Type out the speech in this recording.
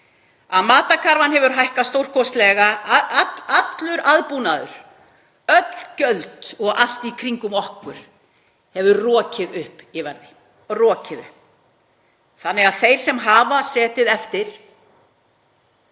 að matarkarfan hefur hækkað stórkostlega, allur aðbúnaður, öll gjöld og allt í kringum okkur hefur rokið upp í verði. Þeir sem hafa setið eftir